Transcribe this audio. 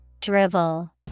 Drivel